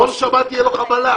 כל שבת יהיה לו חבלה...